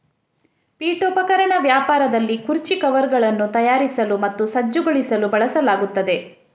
ಪೀಠೋಪಕರಣ ವ್ಯಾಪಾರದಲ್ಲಿ ಕುರ್ಚಿ ಕವರ್ಗಳನ್ನು ತಯಾರಿಸಲು ಮತ್ತು ಸಜ್ಜುಗೊಳಿಸಲು ಬಳಸಲಾಗುತ್ತದೆ